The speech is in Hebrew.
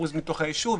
אחוז מתוך היישוב,